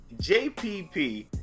JPP